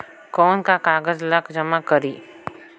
कौन का कागज ला जमा करी?